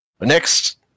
Next